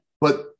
But-